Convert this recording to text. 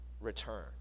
return